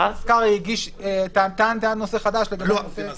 חבר הכנסת קרעי טען טענת נושא חדש לגבי הצבעה לפני יום הבחירות.